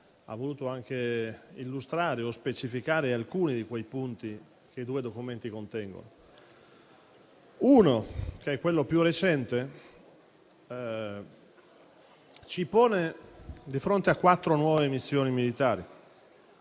ha voluto anche illustrare o specificare alcuni di quei punti che i due documenti contengono. Uno, quello più recente, ci pone di fronte a quattro nuove missioni militari,